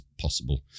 possible